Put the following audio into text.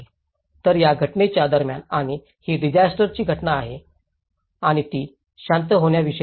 तर या घटनेच्या दरम्यान आणि ही डिसास्टरची घटना आहे आणि ती शांत होण्याविषयी आहे